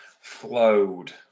flowed